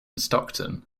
stockton